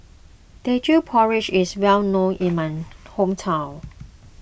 Teochew Porridge is well known in my hometown